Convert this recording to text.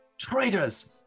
traitors